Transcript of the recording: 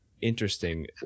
interesting